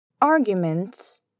Arguments